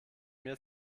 mir